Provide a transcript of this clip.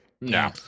No